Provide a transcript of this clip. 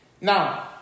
Now